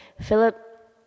Philip